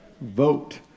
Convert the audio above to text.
vote